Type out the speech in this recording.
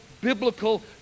biblical